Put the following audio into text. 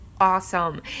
awesome